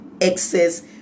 excess